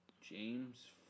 James